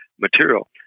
material